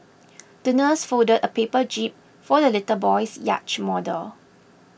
the nurse folded a paper jib for the little boy's yacht model